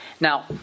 Now